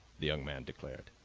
the young man declared.